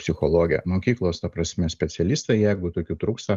psichologę mokyklos ta prasme specialistą jeigu tokių trūksta